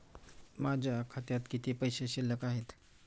माझ्या खात्यात किती पैसे शिल्लक आहेत?